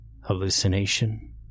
Hallucination